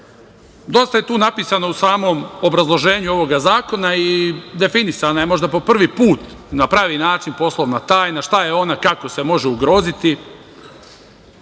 je tu napisano u samom obrazloženju ovog zakona i definisana je možda po prvi put na pravi način poslovna tajna, šta je ona, kako se može ugroziti,